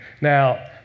Now